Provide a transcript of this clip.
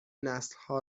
نسلها